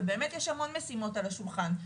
ובאמת יש הרבה משימות על השולחן.